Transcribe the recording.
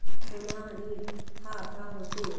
सोना ऋण हा का होते?